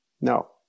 No